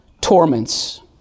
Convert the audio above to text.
torments